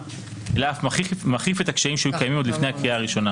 אלא אף מחריף את הקשיים שהיו קיימים עוד לפני הקריאה הראשונה.